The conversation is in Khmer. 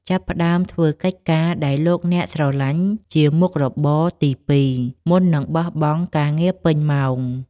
ចាប់ផ្តើមធ្វើកិច្ចការដែលលោកអ្នកស្រលាញ់ជា "មុខរបរទីពីរ" មុននឹងបោះបង់ការងារពេញម៉ោង។